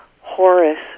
Horace